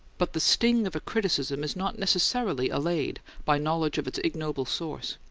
but the sting of a criticism is not necessarily allayed by knowledge of its ignoble source,